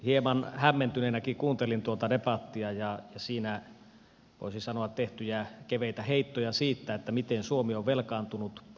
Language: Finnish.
hieman hämmentyneenäkin kuuntelin tuota debattia ja siinä voisi sanoa tehtyjä keveitä heittoja siitä miten suomi on velkaantunut